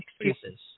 excuses